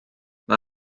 mae